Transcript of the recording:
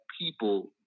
people